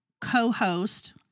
co-host